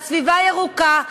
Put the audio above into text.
על סביבה ירוקה.